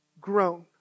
grown